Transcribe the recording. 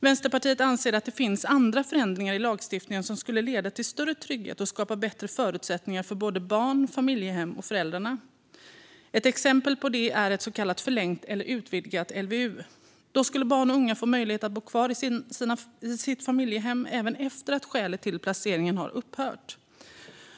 Vänsterpartiet anser att det finns andra förändringar i lagstiftningen som skulle leda till större trygghet och skapa bättre förutsättningar för både barn, familjehem och föräldrar. Ett exempel på det är ett så kallat förlängt eller utvidgat LVU. Då skulle barn och unga få möjlighet att bo kvar i sitt familjehem även efter att skälet till placeringen har upphört.